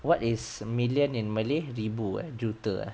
what is uh million in malay ribu err juta err